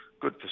good